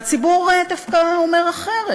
והציבור דווקא אומר אחרת.